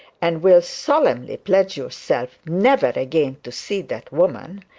and will solemnly pledge yourself never again to see that woman,